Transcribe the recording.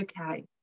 okay